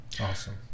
awesome